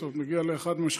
זאת אומרת מגיע לאחת המשחטות.